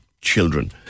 children